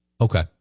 Okay